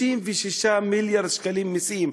36 מיליארד שקלים מסים.